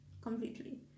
completely